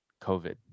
COVID